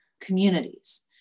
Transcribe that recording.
communities